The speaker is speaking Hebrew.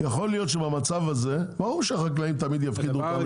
יכול להיות שבמצב הזה ברור שהחקלאים תמיד יפחידו פה,